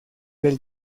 del